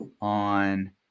on